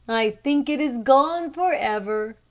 i think it is gone forever.